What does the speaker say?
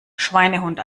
schweinehund